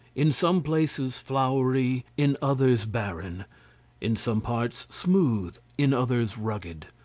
in some places flowery, in others barren in some parts smooth, in others rugged.